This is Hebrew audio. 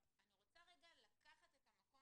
אני רוצה לקחת את המקום